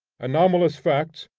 anomalous facts,